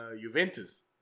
Juventus